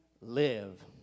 live